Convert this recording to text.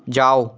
যাও